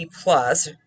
plus